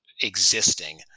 existing